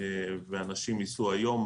אנשים ייסעו היום,